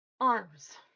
arms